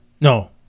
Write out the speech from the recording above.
No